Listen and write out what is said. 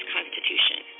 Constitution